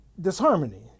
disharmony